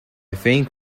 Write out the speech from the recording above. think